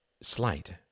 slight